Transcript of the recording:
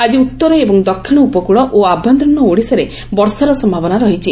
ଆଜି ଉଉର ଏବଂ ଦକ୍ଷିଶ ଉପକୁଳ ଓ ଆଭ୍ୟନ୍ତରୀଣ ଓଡ଼ିଶାରେ ବର୍ଷାର ସମ୍ଭାବନା ରହିଛି